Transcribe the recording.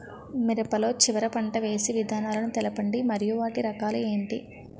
మిరప లో చివర పంట వేసి విధానాలను తెలపండి మరియు వాటి రకాలు ఏంటి